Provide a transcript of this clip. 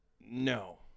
No